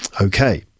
Okay